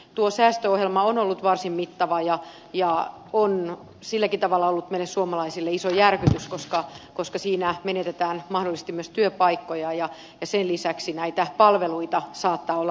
tuo säästöohjelma on ollut varsin mittava ja on silläkin tavalla ollut meille suomalaisille iso järkytys koska siinä menetetään mahdollisesti myös työpaikkoja ja sen lisäksi näitä palveluita saattaa olla liipaisimella